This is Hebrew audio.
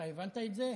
אתה הבנת את זה?